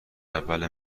اول